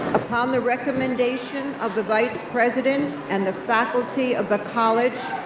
upon the recommendation of the vice president, and the faculty of the college,